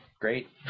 great